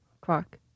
clock